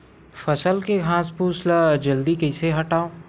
फसल के घासफुस ल जल्दी कइसे हटाव?